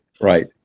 right